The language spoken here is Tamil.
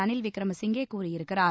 ரனில் விக்ரமசிங்கே கூறியிருக்கிறார்